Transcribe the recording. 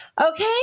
Okay